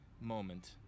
moment